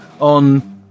on